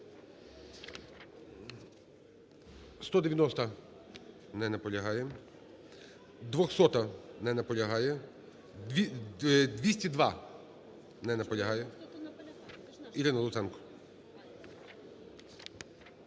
190-а. Не наполягає. 200-а. Не наполягає. 202. Не наполягає. Ірина Луценко.